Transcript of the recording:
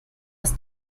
ist